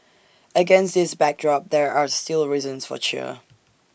against this backdrop there are still reasons for cheer